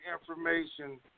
information